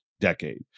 decade